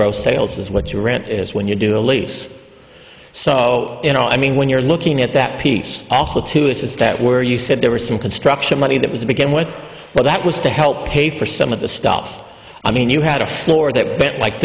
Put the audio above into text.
gross sales is what your rent is when you do a lease so you know i mean when you're looking at that piece also too is that where you said there were some construction money that was to begin with well that was to help pay for some of the stuff i mean you had a floor that like